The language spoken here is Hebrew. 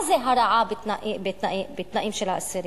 מה זה הרעה בתנאים של אסירים?